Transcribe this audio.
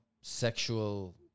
sexual